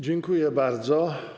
Dziękuję bardzo.